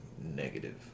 negative